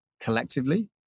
collectively